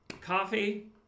coffee